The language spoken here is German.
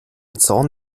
zorn